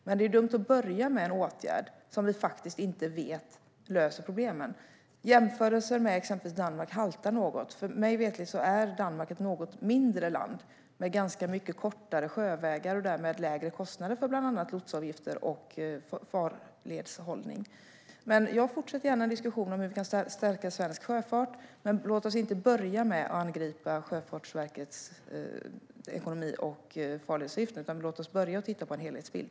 Men det är dumt att börja med en åtgärd som vi faktiskt inte vet om den löser problemen. Jämförelser med exempelvis Danmark haltar något, för mig veterligt är Danmark ett något mindre land med ganska mycket kortare sjövägar och därmed lägre kostnader för bland annat lotsavgifter och farledshållning. Jag fortsätter gärna diskussionen om hur vi kan stärka svensk sjöfart. Men låt oss inte börja med att angripa Sjöfartsverkets ekonomi och farledsavgifter, utan låt oss börja med att titta på en helhetsbild.